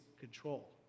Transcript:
control